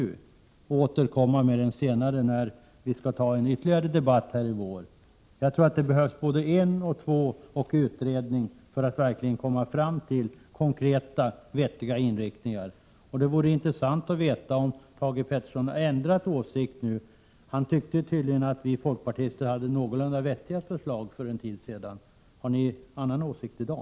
Vi kan återkomma till den senare, när vi i vår skall föra en ytterligare debatt. Jag tror att det behövs både en och två diskussioner och en utredning för att verkligen komma fram till konkreta och vettiga inriktningar. Det vore intressant att veta om Thage Peterson har ändrat åsikt nu. Han tyckte tydligen att vi folkpartister hade någorlunda vettiga förslag för en tid sedan. Har socialdemokraterna annan åsikt i dag?